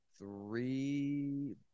three